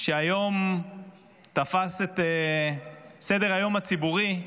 שהיום תפס את סדר-היום הציבורי.